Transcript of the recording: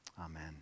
amen